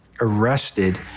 arrested